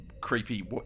creepy